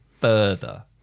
further